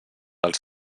els